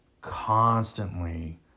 constantly